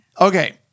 okay